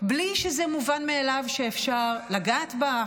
בלי שזה מובן מאליו שאפשר לגעת בך,